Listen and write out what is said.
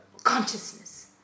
Consciousness